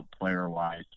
player-wise